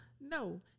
No